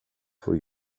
får